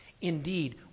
Indeed